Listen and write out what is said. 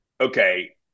okay